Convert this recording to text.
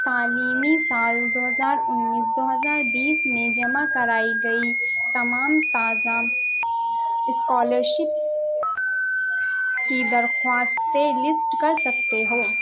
تعلیمی سال دو ہزار انیس دو ہزار بیس میں جمع کرائی گئی تمام تازہ اسکالرشپ کی درخواستیں لیسٹ کر سکتے ہو